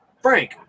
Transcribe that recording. Frank